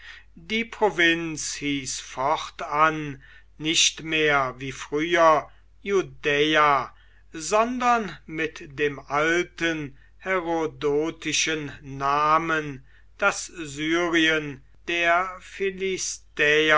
die provinz hieß fortan nicht mehr wie früher judaea sondern mit dem alten herodotischen namen das syrien der